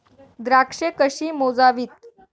द्राक्षे कशी मोजावीत?